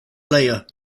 layer